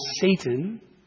Satan